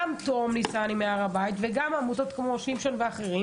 גם תום ניסני מהר הבית וגם עמותות כמו שמשון ואחרים